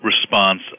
response